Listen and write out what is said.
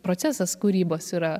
procesas kūrybos yra